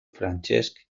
francesc